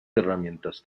herramientas